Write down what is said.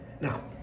Now